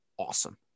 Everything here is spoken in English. awesome